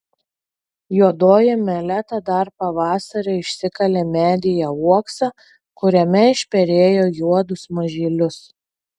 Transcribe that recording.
juodoji meleta dar pavasarį išsikalė medyje uoksą kuriame išperėjo juodus mažylius